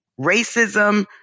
Racism